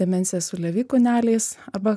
demencija su levy kūneliais arba